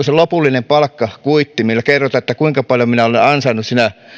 se lopullinen palkkakuitti missä kerrotaan kuinka paljon minä olen ansainnut sinä